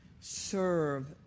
serve